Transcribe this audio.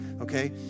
okay